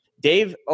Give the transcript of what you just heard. Dave